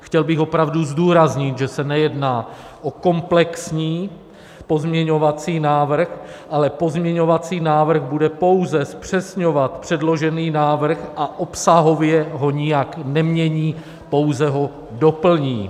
Chtěl bych opravdu zdůraznit, že se nejedná o komplexní pozměňovací návrh, ale pozměňovací návrh bude pouze zpřesňovat předložený návrh a obsahově ho nijak nemění, pouze ho doplní.